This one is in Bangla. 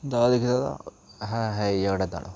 দাও দেখি দাদা হ্যাঁ হ্যাঁ এই জায়গাটা দাঁড়াও